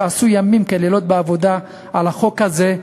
שעשו ימים ולילות בעבודה על החוק הזה,